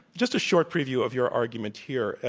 just a short preview of your argument here.